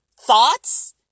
thoughts